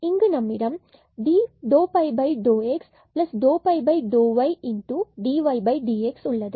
எனவே இங்கு நம்மிடம்∂ϕ∂x∂ϕ∂ydydxஉள்ளது